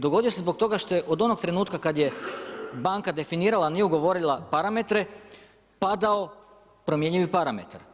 Dogodio se zbog toga što je od onog trenutka kad je banka definirala, nije ugovorila parametre, padao promjenjivi parametar.